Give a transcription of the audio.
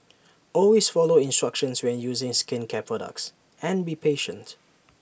always follow instructions when using skincare products and be patient